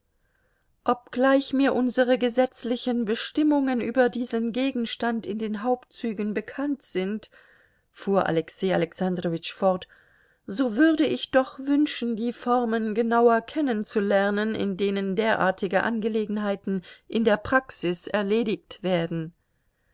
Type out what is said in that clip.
obgleich mir unsere gesetzlichen bestimmungen über diesen gegenstand in den hauptzügen bekannt sind fuhr alexei alexandrowitsch fort so würde ich doch wünschen die formen genauer kennenzulernen in denen derartige angelegenheiten in der praxis erledigt werden